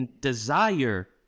desire